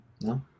No